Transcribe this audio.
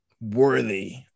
worthy